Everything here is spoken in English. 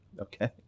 okay